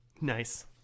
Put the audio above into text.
Nice